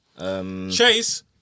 Chase